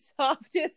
softest